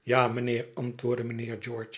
ja mijnheer antwoordde mijnheer